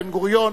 בן-גוריון,